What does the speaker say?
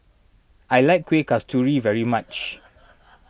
I like Kuih Kasturi very much